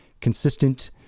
consistent